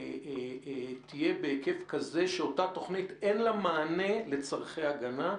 תהיה בהיקף כזה שלאותה תוכנית אין מענה לצרכי ההגנה.